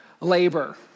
labor